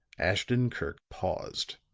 ashton-kirk paused.